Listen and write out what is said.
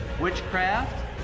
witchcraft